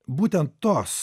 būten tos